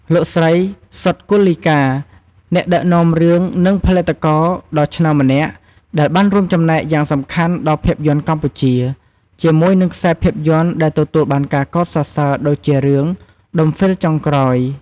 លោកស្រី សុទ្ធ គុលលីកា អ្នកដឹកនាំរឿងនិងផលិតករដ៏ឆ្នើមម្នាក់ ដែលបានរួមចំណែកយ៉ាងសំខាន់ដល់ភាពយន្តកម្ពុជា ជាមួយនឹងខ្សែភាពយន្តដែលទទួលបានការកោតសរសើរដូចជារឿង "ដុំហ្វីលចុងក្រោយ"។